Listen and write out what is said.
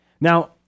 Now